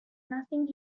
nothing